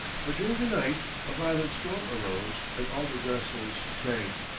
but during the night a violent storm arose, and all the vessels sank.